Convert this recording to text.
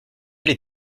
les